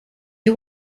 you